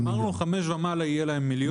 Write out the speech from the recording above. אמרנו 5 ומעלה יהיה להם מיליון.